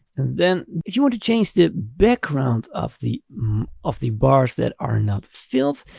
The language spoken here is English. and then, if you want to change the background of the of the bars that are not filled,